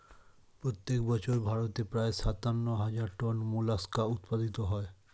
প্রত্যেক বছর ভারতে প্রায় সাতান্ন হাজার টন মোলাস্কা উৎপাদিত হয়